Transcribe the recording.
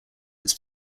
its